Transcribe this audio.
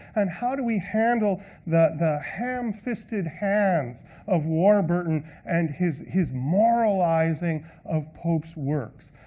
and how do we handle the the ham-fisted hands of warburton and his his moralizing of pope's works?